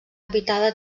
habitada